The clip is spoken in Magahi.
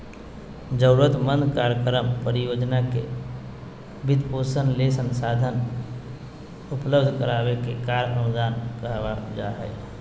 जरूरतमंद कार्यक्रम, परियोजना के वित्तपोषण ले संसाधन उपलब्ध कराबे के कार्य अनुदान कहलावय हय